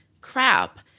crap